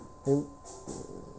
eh